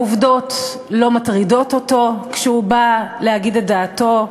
העובדות לא מטרידות אותו כשהוא בא להגיד את דעתו,